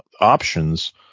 options